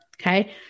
Okay